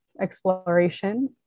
exploration